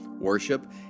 worship